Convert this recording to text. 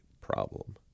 problem